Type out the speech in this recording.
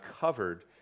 covered